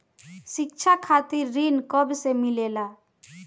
शिक्षा खातिर ऋण कब से मिलेला?